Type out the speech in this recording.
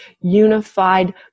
unified